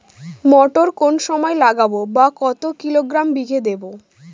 মটর কোন সময় লাগাবো বা কতো কিলোগ্রাম বিঘা দেবো?